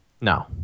No